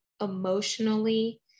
emotionally